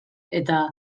eta